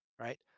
right